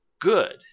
good